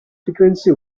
frequency